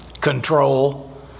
control